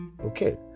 Okay